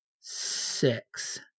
six